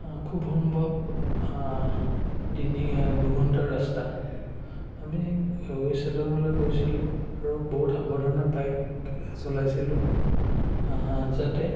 খুব সম্ভৱ তিনি দুঘণ্টা ৰাস্তা আমি ৱেষ্ট চাডাঙলৈ গৈছিলোঁ আৰু বহুত সাৱধানে বাইক চলাইছিলোঁ যাতে